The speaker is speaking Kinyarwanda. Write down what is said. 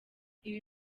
ibi